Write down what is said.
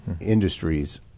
Industries